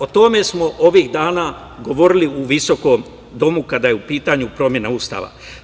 O tome smo ovih dana govorili u ovom visokom domu, kada je u pitanju promena Ustava.